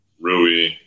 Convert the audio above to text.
Rui